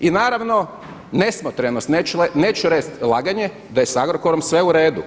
I naravno nesmotrenost, neću reći laganje da je sa Agrokorom sve u redu.